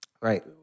Right